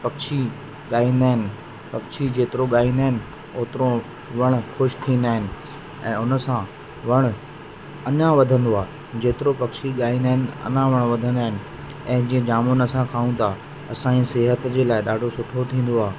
पक्षी ॻाईंदा आहिनि पक्षी जेतिरो ॻाईंदा आहिनि ओतिरो वणु ख़ुशि थींदा आहिनि ऐं उन सां वणु अञा वधंदो आहे जेतिरो पक्षी ॻाईंदा अहिनि अञा वण वधंदा आहिनि ऐं जीअं जामुन असां खाऊं था असांजे सिहत जे लाइ ॾाढो सुठो थींदो आहे